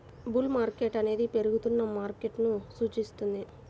bull market అనేది పెరుగుతున్న మార్కెట్ను సూచిస్తుంది